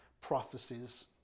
prophecies